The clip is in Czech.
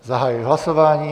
Zahajuji hlasování.